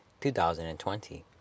2020